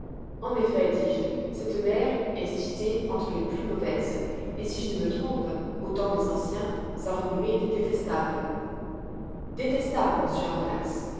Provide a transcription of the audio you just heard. en effet dis-je cette mer est citée entre les plus mauvaises et si je ne me trompe au temps des anciens sa renommée était détestable détestable monsieur aronnax